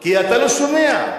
כי אתה לא שומע.